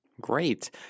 Great